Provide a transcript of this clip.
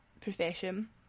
profession